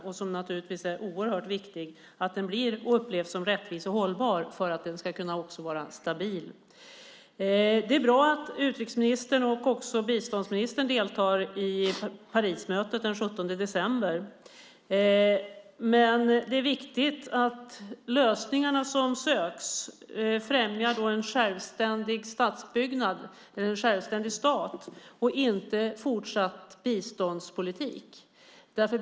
Det är naturligtvis oerhört viktigt att den blir och upplevs som rättvis och hållbar för att den också ska kunna vara stabil. Det är bra att utrikesministern och också biståndsministern deltar i Parismötet den 17 december. Det är viktigt att de lösningar som söks främjar en självständig statsbyggnad med en självständig stat och inte fortsatt biståndspolitik.